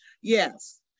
Yes